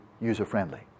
user-friendly